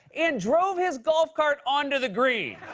and drove his golf cart onto the green.